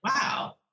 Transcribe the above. wow